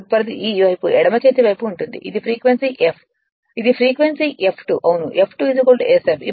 తదుపరిది ఈ వైపు ఎడమ చేతి వైపు ఉంటుంది ఇది ఫ్రీక్వెన్సీ f ఇది ఫ్రీక్వెన్సీ F2 అవును F2 sf